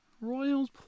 Royals